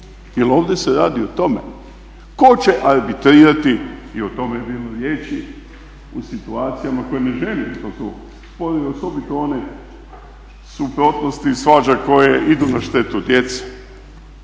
jer ovdje se radi o tome tko će arbitrirati i o tome je bilo riječi u situacijama. To su osobito one suprotnosti i svađe koje idu na štetu djeci.